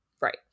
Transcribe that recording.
Right